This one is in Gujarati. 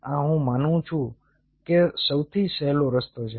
આ હું માનું છું કે સૌથી સહેલો રસ્તો છે